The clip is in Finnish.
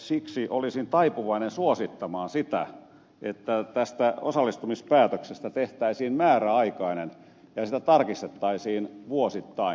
siksi olisin taipuvainen suosittamaan sitä että tästä osallistumispäätöksestä tehtäisiin määräaikainen ja sitä tarkistettaisiin vuosittain